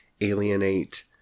alienate